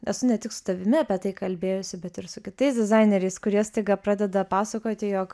esu ne tik su tavimi apie tai kalbėjusi bet ir su kitais dizaineriais kurie staiga pradeda pasakoti jog